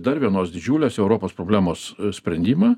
dar vienos didžiulės europos problemos sprendimą